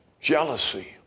Jealousy